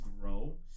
grow